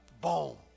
boom